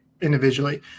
individually